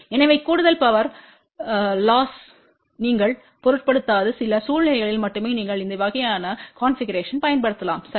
எனவே கூடுதல் பவர் லொஸ்பை நீங்கள் பொருட்படுத்தாத சில சூழ்நிலைகளில் மட்டுமே நீங்கள் இந்த வகையான கன்பிகுரேஷன்ஐப் பயன்படுத்தலாம் சரி